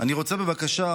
אני רוצה בבקשה,